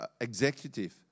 executive